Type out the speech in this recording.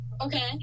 Okay